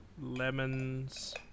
lemons